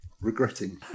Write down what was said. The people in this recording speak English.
regretting